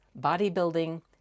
bodybuilding